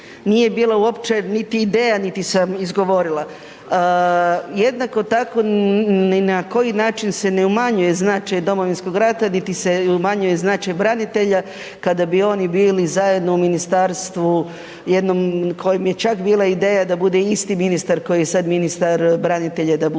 nije bilo uopće niti ideja, niti sam izgovorila. Jednako tako ni na koji način se ne umanjuje značaj Domovinskog rata, niti se umanjuje značaj branitelja kada bi oni bili zajedno u jednom ministarstvu kojem je čak bila ideja da bude isti ministar koji je sada ministar branitelja da bude